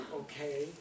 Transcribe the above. okay